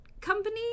company